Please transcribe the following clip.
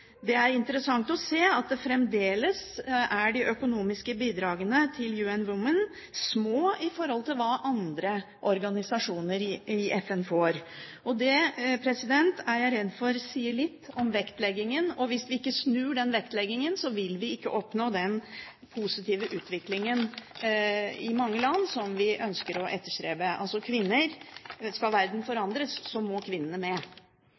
Det er interessant å se at fremdeles er de økonomiske bidragene til UN-Women små i forhold til hva andre organisasjoner i FN får. Jeg er redd for at det sier litt om vektleggingen. Hvis vi ikke snur den vektleggingen, vil vi ikke oppnå den positive utviklingen i mange land som vi ønsker å etterstrebe. Altså: Skal verden forandres, må kvinnene med.